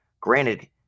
granted